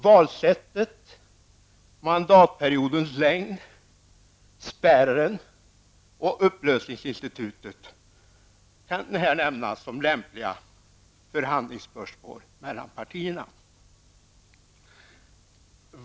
Valsättet, mandatperiodens längd, spärren och upplösningsinstitutet kan här nämnas som lämpliga förhandlingsspörsmål partierna emellan.